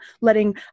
Letting